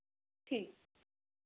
ठीक